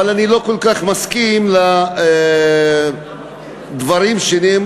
אבל אני לא כל כך מסכים לדברים שנאמרו